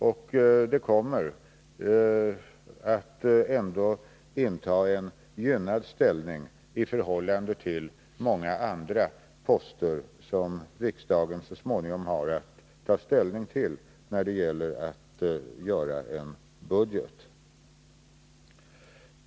Detta bistånd kommer ändå att inta en gynnad ställning i förhållande till många andra poster som riksdagen så småningom har att ta ställning till när det gäller att göra upp en budget.